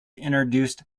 introduced